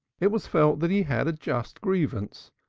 it was felt that he had a just grievance,